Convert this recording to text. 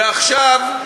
ועכשיו,